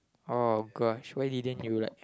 oh gosh why didn't you like